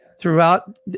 Throughout